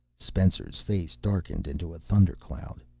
spencer's face darkened into a thundercloud.